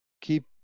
keep